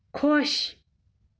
خۄش